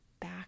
back